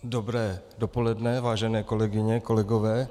Dobré dopoledne, vážené kolegyně, vážení kolegové.